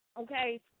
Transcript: okay